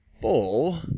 full